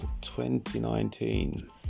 2019